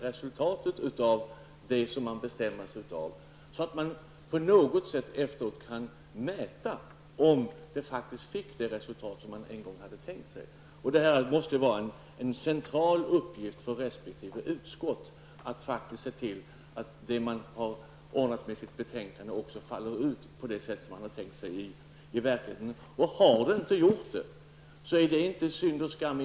måste man fråga. På något sätt skall man ju senare kunna mäta om resultatet faktiskt blev det som man en gång hade tänkt sig. Det måste vara en central uppgift för resp. utskott att faktiskt se till att det som man har ordnat med och som återfinns i avgivet betänkande överensstämmer med vad man verkligen har tänkt sig. Om utfallet inte blir vad man har tänkt sig, är det i och för sig inte synd och skam.